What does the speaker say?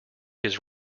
his